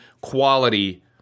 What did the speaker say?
quality